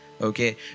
okay